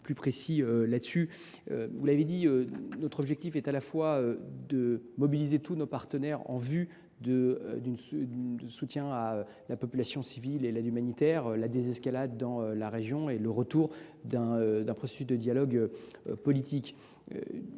plus précis à ce propos. Vous l’avez rappelé, notre objectif est à la fois de mobiliser tous nos partenaires en vue d’un soutien à la population civile et d’une aide humanitaire, de la désescalade dans la région et de la reprise d’un processus de dialogue politique.